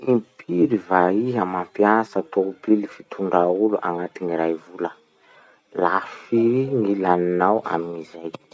Impiry va iha mampiasa tobily fitondrà olo agnaty gny ray vola? La firy gny laninao amy gny zay.